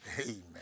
Amen